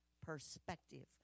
perspective